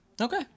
okay